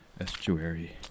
estuary